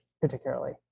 particularly